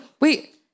Wait